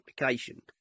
application